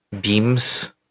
Beams